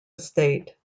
estate